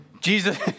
Jesus